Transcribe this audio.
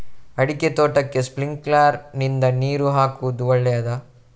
ಅಡಿಕೆ ತೋಟಕ್ಕೆ ಸ್ಪ್ರಿಂಕ್ಲರ್ ನಿಂದ ನೀರು ಹಾಕುವುದು ಒಳ್ಳೆಯದ?